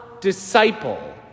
disciple